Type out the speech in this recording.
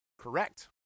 Correct